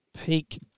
Peak